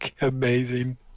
Amazing